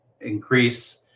increase